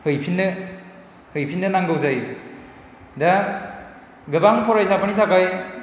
हैफिननो हैफिननो नांगौ जायो दा गोबां फरायसाफोरनि थाखाय